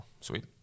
Sweet